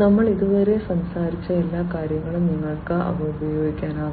ഞങ്ങൾ ഇതുവരെ സംസാരിച്ച എല്ലാ കാര്യങ്ങളും നിങ്ങൾക്ക് അവ ഉപയോഗിക്കാനാകും